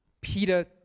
Peter